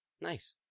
Nice